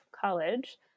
college